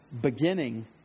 beginning